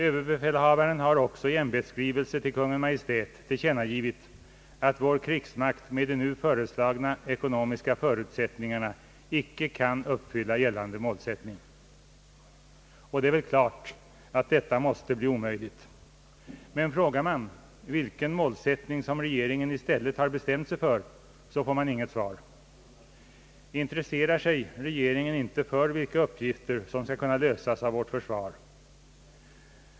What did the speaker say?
Överbefälhavaren har också i ämbetsskrivelser till Kungl. Maj:t tillkännagivit att vår krigsmakt, med de nu föreslagna ekonomiska förutsättningarna, inte kan uppfylla gällande målsättning. Det är väl också klart att detta måste bli omöjligt. Men frågar man vilken målsättning regeringen i stället har bestämt sig för, så får man inget svar. Intresserar sig regeringen inte för vilka uppgifter som skall kunna lösas av vårt försvar?